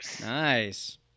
Nice